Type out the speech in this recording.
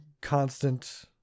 constant